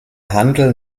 handel